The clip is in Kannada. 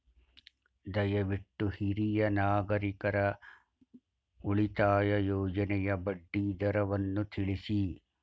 ದಯವಿಟ್ಟು ಹಿರಿಯ ನಾಗರಿಕರ ಉಳಿತಾಯ ಯೋಜನೆಯ ಬಡ್ಡಿ ದರವನ್ನು ತಿಳಿಸಿ